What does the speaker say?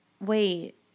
wait